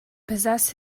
possess